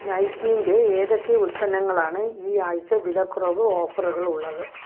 നൈക്കിന്റെ ഏതൊക്കെ ഉൽപ്പന്നങ്ങളാണ് ഈ ആഴ്ച്ച വിലക്കുറവ് ഓഫറുകൾ ഉള്ളത്